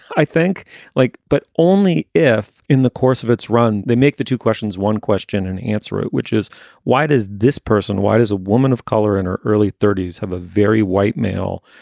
i think like. but only if in the course of its run, they make the two questions, one question and answer it, which is why does this person why does a woman of color in her early thirties have a very white male